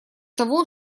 того